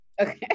okay